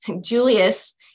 Julius